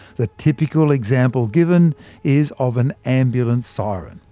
the typical example given is of an ambulance siren.